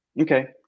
Okay